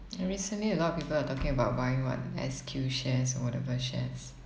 and recently a lot of people are talking about buying what S_Q shares or whatever shares